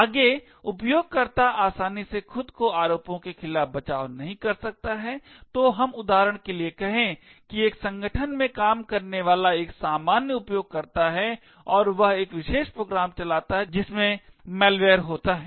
आगे उपयोगकर्ता आसानी से खुद को आरोपों के खिलाफ बचाव नहीं कर सकता है तो हम उदाहरण के लिए कहें कि एक संगठन में काम करने वाला एक सामान्य उपयोगकर्ता है और वह एक विशेष प्रोग्राम चलाता है जिसमें मैलवेयर होता है